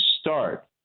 start